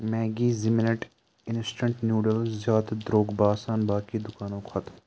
Maggi زٕ minute instant noodles زیادٕ درٛۅگ باسان باقٕے دُکانو کھۄتہٕ